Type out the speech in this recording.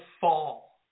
fall